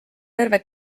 terve